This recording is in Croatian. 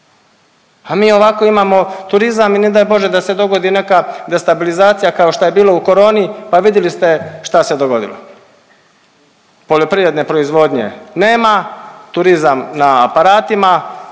a mi ovako imamo turizam i ne daj bože da se dogodi neka destabilizacija kao što je bilo u coroni, pa vidjeli ste šta se dogodilo. Poljoprivredne proizvodnje nema, turizam na aparatima,